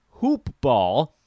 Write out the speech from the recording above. hoopball